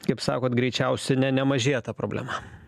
kaip sakot greičiausiai ne nemažėja ta problema